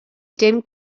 dim